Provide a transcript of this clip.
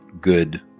good